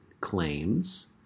claims